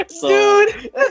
Dude